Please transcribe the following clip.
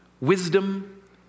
wisdom